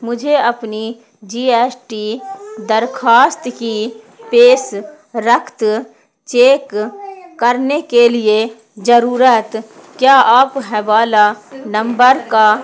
مجھے اپنی G S T درخواست کی پیش رفت چیک کرنے کے لیے ضرورت کیا آپ حوالہ نمبر کا